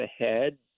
ahead